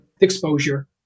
exposure